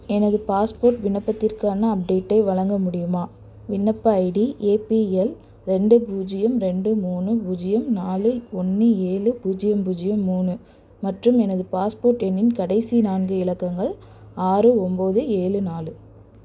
எனது பாஸ்போர்ட் விண்ணப்பத்திற்கான அப்டேட்டை வழங்க முடியுமா விண்ணப்ப ஐடி ஏபிஎல் ரெண்டு பூஜ்ஜியம் ரெண்டு மூணு பூஜ்ஜியம் நாலு ஒன்று ஏழு பூஜ்ஜியம் பூஜ்ஜியம் மூணு மற்றும் எனது பாஸ்போர்ட் எண்ணின் கடைசி நான்கு இலக்கங்கள் ஆறு ஒன்பது ஏழு நாலு